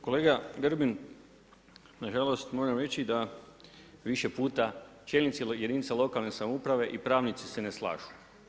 Kolega Grbin, na žalost moram reći da više puta čelnici jedinica lokalne samouprave i pravnici se ne slažu.